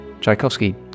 Tchaikovsky